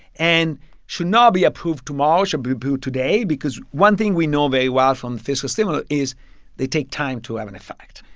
and should not be approved tomorrow, should be approved today because one thing we know very well from fiscal stimulus is they take time to have an effect.